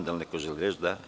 Da li neko želi reč? (Da.